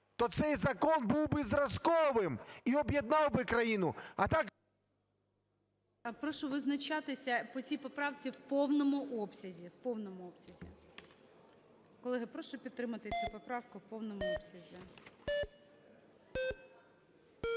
то цей закон був би зразковим і об'єднав би країну. А так… ГОЛОВУЮЧИЙ. Прошу визначатися по цій поправці в повному обсязі. В повному обсязі. Колеги, прошу підтримати цю поправку в повному обсязі.